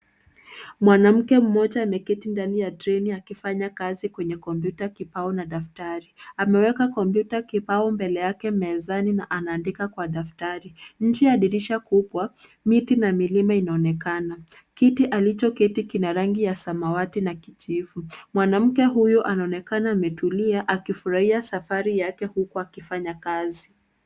Mwanamke mmoja ameketi ndani ya treni akifanya kazi kwenye kompyuta kibao na daftari. Ameweka kompyuta kibao mbele yake mezani na anaandika kwa daftari. Nje ya dirisha kubwa miti na milima inaonekana. Kiti alichoketi kina rangi ya samawati na kijivu. Mwanamke huyo anaonekana ametulia akifurahia safari yake huku akifanya kazi.